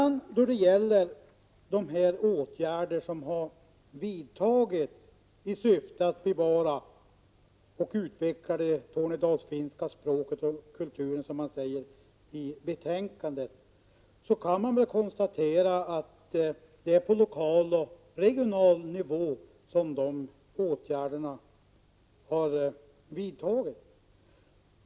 När det gäller åtgärder som enligt betänkandet har vidtagits i syfte att bevara och utveckla det tornedalsfinska språket och kulturen kan man konstatera att det är på lokal och regional nivå som dessa åtgärder har vidtagits.